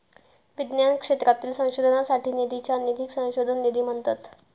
विज्ञान क्षेत्रातील संशोधनासाठी निधीच्या निधीक संशोधन निधी म्हणतत